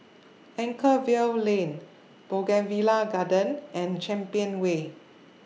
Anchorvale Lane Bougainvillea Garden and Champion Way